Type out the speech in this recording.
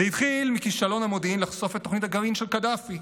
זה התחיל מכישלון המודיעין לחשוף את תוכנית הגרעין של קדאפי,